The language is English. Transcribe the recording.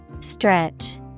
Stretch